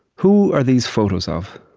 who are these photos of?